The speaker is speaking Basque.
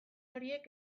horiek